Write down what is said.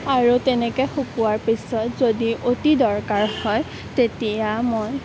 আৰু তেনেকৈ শুকোৱাৰ পিছত যদি অতি দৰকাৰ হয় তেতিয়া মই